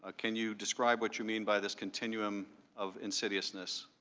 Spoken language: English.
ah can you describe what you mean by this continuum of insidious nests?